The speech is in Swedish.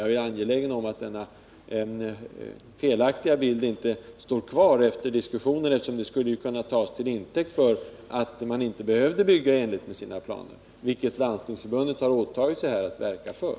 Jag är angelägen om att denna felaktiga bild inte står kvar efter diskussionen, eftersom detta skulle kunna tas till intäkt för att man inte behöver bygga i enlighet med sina planer, vilket Landstingsförbundet har åtagit sig att verka för.